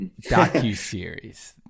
docuseries